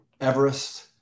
Everest